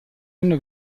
hanno